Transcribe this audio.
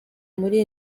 muri